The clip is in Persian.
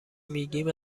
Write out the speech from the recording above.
میگیم